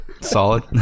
solid